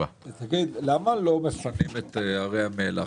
למה לא מפרקים את הרי המלח?